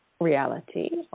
reality